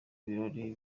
birori